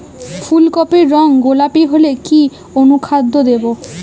ফুল কপির রং গোলাপী হলে কি অনুখাদ্য দেবো?